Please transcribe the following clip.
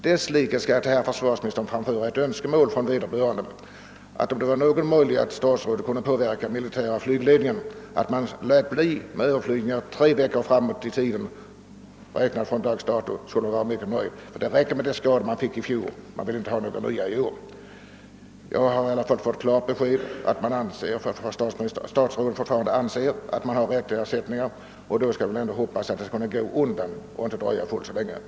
Desslikes ber jag att till herr försvarsministern från vederbörande få framföra ett önskemål om att försvarsministern söker förmå den militära flygledningen att inställa överflygningarna under tre veckor framåt räknat från dags dato. Det räcker med de skador som uppstod i fjol och man vill inte ha några nya i år. Jag har nu från statsrådet fått ett klart besked om att han anser att man har rätt till ersättning. Jag hoppas då att det inte skall dröja alltför länge med likviden.